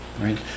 right